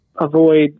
avoid